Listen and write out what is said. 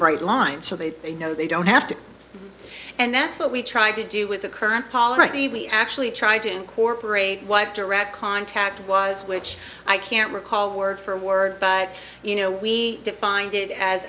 bright line so that they know they don't have to and that's what we're trying to do with the current policy we actually tried to incorporate what direct contact was which i can't recall word for word but you know we defined it as